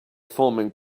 forming